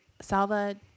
Salva